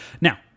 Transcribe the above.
Now